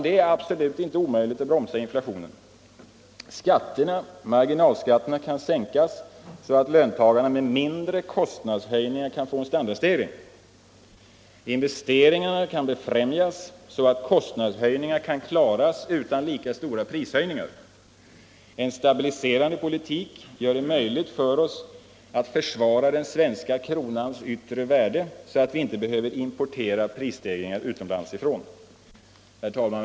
Det är absolut inte omöjligt att bromsa inflationen. Skatterna — marginalskatterna — kan sänkas så att löntagarna med mindre kostnadshöjningar får en standardstegring. Investeringarna kan befrämjas så att kostnadshöjningar klaras utan lika stora prishöjningar. En stabiliserande politik gör det möjligt för oss att försvara den svenska kronans yttre värde så att vi inte behöver importera prisstegringar utifrån. Herr talman!